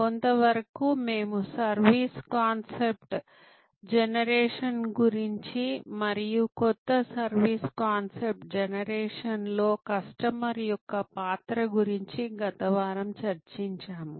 కొంతవరకు మేము service concept generation గురించి మరియు కొత్త సర్వీస్ కాన్సెప్ట్ జనరేషన్లో కస్టమర్ యొక్క పాత్ర గురించి గత వారం చర్చించాము